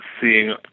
seeing